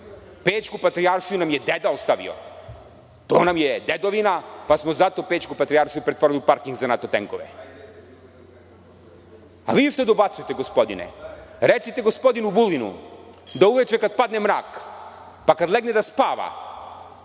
Pećku patrijaršiju nam je deda ostavio, to nam je dedovina pa smo zato Pećku patrijaršiju pretvorili u parking za NATO tenkove. Gospodine što dobacujete, recite gospodinu Vulinu da uveče kad padne mrak, pa kad legne da spava,